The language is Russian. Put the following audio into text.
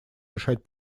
решать